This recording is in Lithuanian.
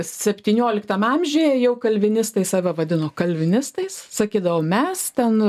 septynioliktam amžiuje jau kalvinistai save vadino kalvinistais sakydavo mes ten